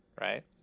right